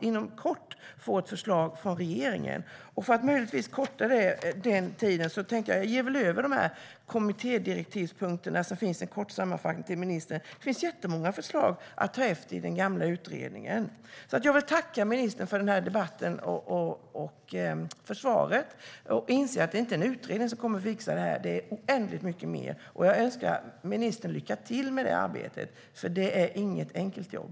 inom kort få ett förslag från regeringen. För att möjligtvis korta den tiden överlämnar jag sammanfattningen av kommittédirektiven till ministern. Det finns många förslag att ta efter i den gamla utredningen. Jag vill tacka ministern för debatten och för svaret. Jag inser att det inte är en utredning som kommer att lösa problemen utan det behövs oändligt mycket mer. Jag önskar ministern lycka till med arbetet. Det är inget enkelt jobb.